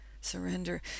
surrender